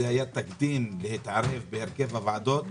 תקדים להתערב בהרכב הוועדות,